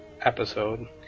episode